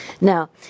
Now